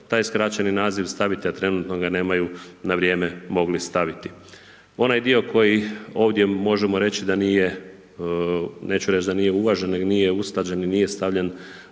taj skraćeni naziv staviti, a trenutno ga nemaju, na vrijeme mogli staviti. Onaj dio koji ovdje možemo reći da nije, neću reći da nije uvažen nego nije usklađen i nije stavljen